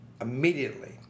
Immediately